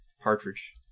Partridge